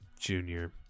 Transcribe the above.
Junior